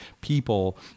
people